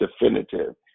definitive